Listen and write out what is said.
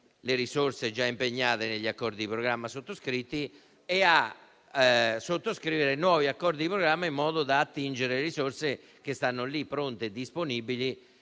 le risorse già impegnate negli accordi di programma sottoscritti e sottoscrivere nuovi accordi di programma al fine di poter attingere alle risorse che stanno lì, pronte e disponibili,